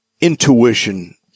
intuition